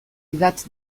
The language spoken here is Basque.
idatz